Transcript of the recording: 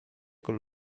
con